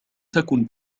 تكن